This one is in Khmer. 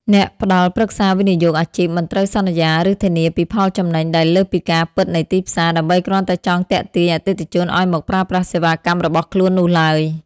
អ្នកផ្ដល់ប្រឹក្សាវិនិយោគអាជីពមិនត្រូវសន្យា ឬធានាពីផលចំណេញដែលលើសពីការពិតនៃទីផ្សារ ដើម្បីគ្រាន់តែចង់ទាក់ទាញអតិថិជនឱ្យមកប្រើប្រាស់សេវាកម្មរបស់ខ្លួននោះឡើយ។